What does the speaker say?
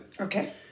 Okay